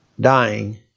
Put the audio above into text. dying